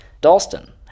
Dalston